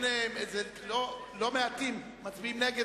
אף-על-פי שלא מעטים מצביעים נגד,